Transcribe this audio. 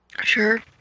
Sure